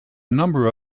number